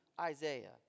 Isaiah